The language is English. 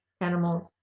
animals